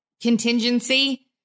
contingency